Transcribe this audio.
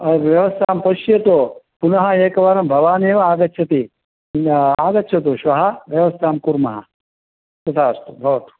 व्यवस्थां पश्यतु पुनः एकवारं भवानेव आगच्छति आगच्छतु श्वः व्यवस्थां कुर्मः तथा अस्तु भवतु